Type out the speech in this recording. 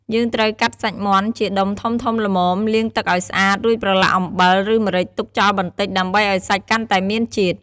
យើងត្រូវកាត់សាច់មាន់ជាដុំធំៗល្មម លាងទឹកឱ្យស្អាត រួចប្រឡាក់អំបិល ឬម្រេចទុកចោលបន្តិច ដើម្បីឱ្យសាច់កាន់តែមានជាតិ។